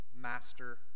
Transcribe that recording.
master